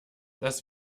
das